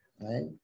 Right